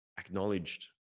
acknowledged